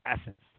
essence